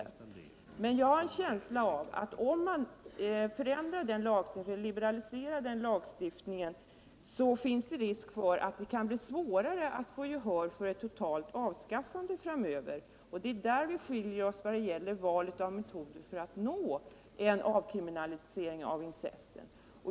Jag har emellertid en känsla av att om man liberaliserar lagen, finns det risk för att det längre fram kan bli svårare att vinna gehör för ett totalt avskaffande. Vi skiljer oss alltså då det gäller valet av metoder för att nå en avkriminalisering av incest.